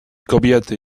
kobiety